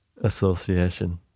Association